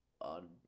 on